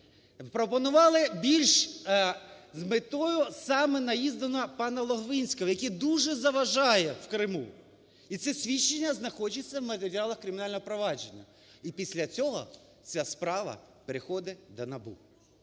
пропонували більш з метою саме наїзду на пана Логвинського, який дуже заважає в Криму. І це свідчення знаходиться в матеріалах кримінального провадження. І після цього ця справа переходить до НАБУ.